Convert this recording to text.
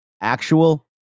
actual